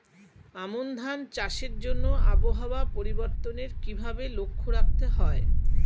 আমন ধান চাষের জন্য আবহাওয়া পরিবর্তনের কিভাবে লক্ষ্য রাখতে হয়?